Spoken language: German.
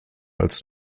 als